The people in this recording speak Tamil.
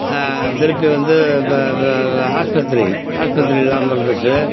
திருப்பி வந்து இப்போ ஆஸ்பத்திரி ஆஸ்பத்திரி இல்லாமல் இருந்துச்சு